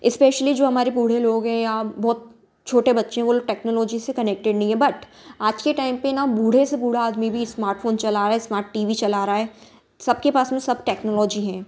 specially जो हमारे बूढ़े लोग हैं या बहुत छोटे बच्चे वोल टेक्नोलॉजी से कनेक्टेड नहीं है बट आज के टाइम पर न बूढ़े से बूढ़ा आदमी भी स्मार्टफोन चला रहा है स्मार्ट टी वी चला रहा है सबके पास में सब टेक्नोलॉजी हैं